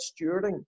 stewarding